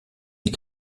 sie